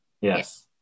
Yes